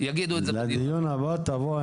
יגידו את זה בדיון הבא.